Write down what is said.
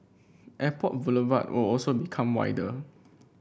Airport Boulevard will also become wider